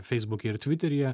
feisbuke ir tviteryje